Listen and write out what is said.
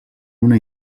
una